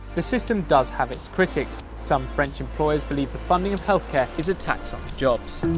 the system does have its critics. some french employers believe the funding of health care is a tax on jobs.